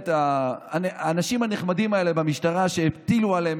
האנשים הנחמדים האלה במשטרה שהטילו עליהם